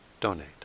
donate